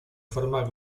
forma